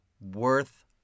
worth